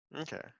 Okay